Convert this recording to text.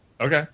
Okay